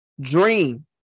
dream